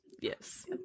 Yes